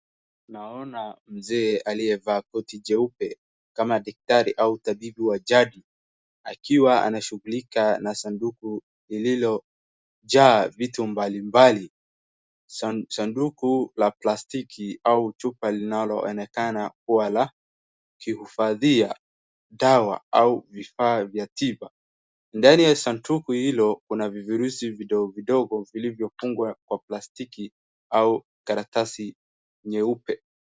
Naona mzee aliyevaa koti jeupe kama daktari au tabibu wa jadi, akiwa na anashughulika na sanduku lililojaa vitu mbalimbali. Sanduku la plastiki au chupa linaloonekana kuwa la kuhifadhia dawa au vifaa vya tiba. Ndani ya sanduku hilo kuna virusi vidogovidogo vilivyofungwa kwa plastiki au karatasi nyeupe.